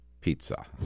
pizza